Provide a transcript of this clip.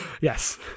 Yes